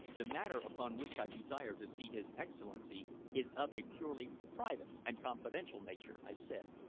the matter upon which i desire to see his excellency is of a purely private and confidential nature, i said,